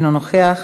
אינו נוכח,